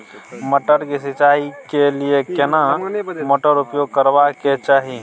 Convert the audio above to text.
मटर के सिंचाई के लिये केना मोटर उपयोग करबा के चाही?